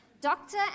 Doctor